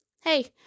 Hey